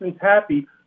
happy